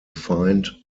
find